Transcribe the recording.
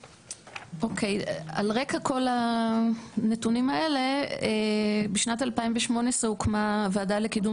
על רקע כל הנתונים האלה בשנת 2018 הוקמה ועדה לקידום